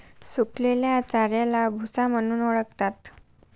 सुकलेल्या चाऱ्याला भुसा म्हणून ओळखतात